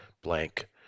Blank